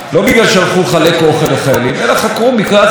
בנושא של הכאה,